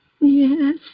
Yes